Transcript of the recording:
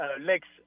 Lex